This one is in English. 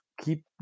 keep